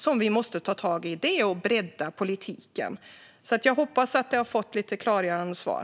Det måste vi ta tag i. Det här är att bredda politiken. Jag hoppas att ledamoten fått ett klargörande svar.